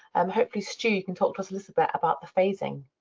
um hopefully, stu, you can talk to us a little bit about the phasing.